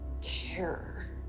terror